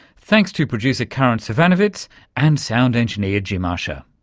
thanks to producer karin zsivanovits and sound engineer jim ussher.